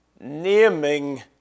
naming